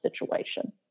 situation